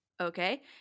Okay